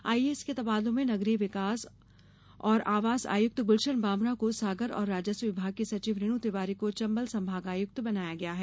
IAS के तबादलों में नगरीय विकास और आवास आयुक्त गुलशन बामरा को सागर और राजस्व विभाग की सचिव रेण् तिवारी को चम्बल संभागायुक्त बनाया गया है